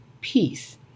peace